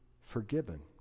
forgiven